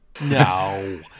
No